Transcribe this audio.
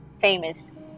famous